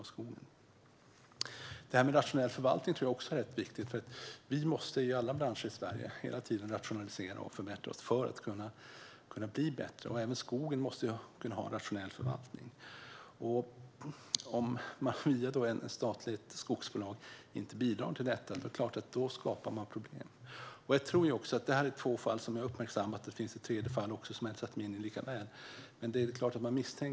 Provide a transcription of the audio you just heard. Det är också viktigt med en rationell förvaltning. Vi måste i alla branscher i Sverige hela tiden rationalisera och förbättra oss för att kunna bli bättre. Även skogen måste kunna ha en rationell förvaltning. Om man inte bidrar till detta via ett statligt skogsbolag skapar man såklart problem. Jag har uppmärksammat två fall, och det finns även ett tredje, som jag inte har satt mig in i lika väl.